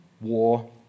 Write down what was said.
war